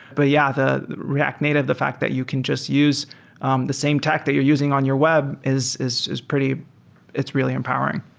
but yeah, the react native, the fact that you can just use um the same tech that you're using on your web is is pretty it's really empowering